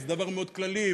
וזה דבר מאוד כללי,